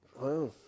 Wow